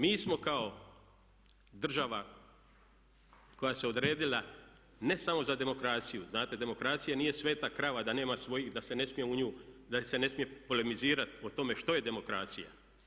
Mi smo kao država koja se odredila ne samo za demokraciju, znate demokracija nije sveta krava da se ne smije u nju, da se ne smije polemizirati o tome što je demokracija.